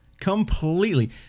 Completely